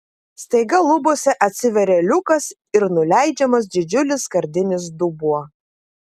staiga lubose atsiveria liukas ir nuleidžiamas didžiulis skardinis dubuo